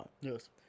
Yes